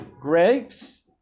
grapes